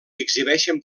exhibeixen